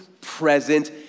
present